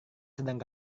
sedang